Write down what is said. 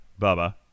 Bubba